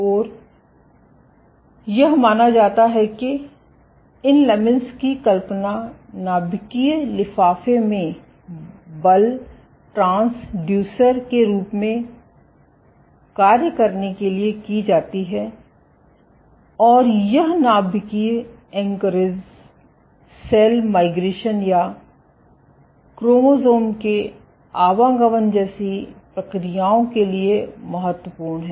और यह माना जाता है कि इन लमीन्स की कल्पना नाभिकीय लिफाफे में बल ट्रांसड्यूसर के रूप में कार्य करने के लिए की जाती है और यह नाभिकीय एंकोरेज सेल माइग्रेशन या क्रोमोसोम के आवागमन जैसी प्रक्रियाओं के लिए महत्वपूर्ण है